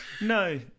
no